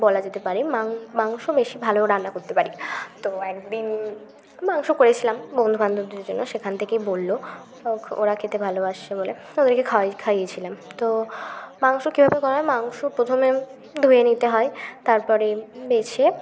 বলা যেতে পারে মাং মাংস বেশি ভালো রান্না করতে করি তো একদিন মাংস করেছিলাম বন্ধু বান্ধবদের জন্য সেখান থেকেই বললো ওরা ওরা খেতে ভালোবাসে বলে ওদেরকে খাইয়েছিলাম তো মাংস কীভাবে করা হয় মাংস প্রথমে ধুয়ে নিতে হয় তারপরে বেছে